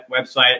website